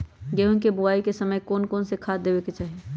गेंहू के बोआई के समय कौन कौन से खाद देवे के चाही?